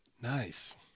nice